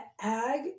ag